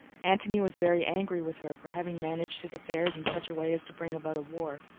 antony was very angry with her for having managed his affairs in such a way as to bring about a war.